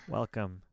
Welcome